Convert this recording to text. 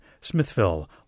Smithville